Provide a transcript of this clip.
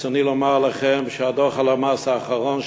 ברצוני לומר לכם שדוח הלמ"ס האחרון,